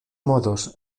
modos